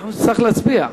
אנחנו נצטרך להצביע.